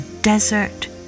desert